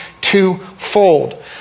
twofold